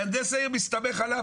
מהנדס העיר מסתמך עליו,